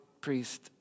priest